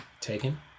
Taken